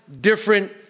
different